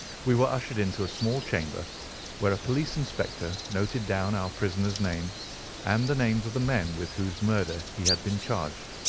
we were ushered into a small chamber where a police inspector noted down our prisoner's name and the names of the men with whose murder he had been charged.